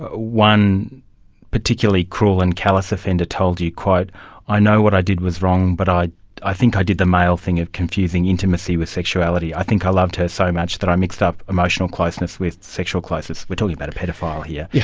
ah one particularly cruel and callous offender told you i know what i did was wrong, but i i think i did the male thing of confusing intimacy with sexuality. i think i loved her so much that i mixed up emotional closeness with sexual closeness. we're talking about a paedophile here. yeah